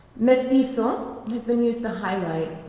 mestizo has been used to highlight,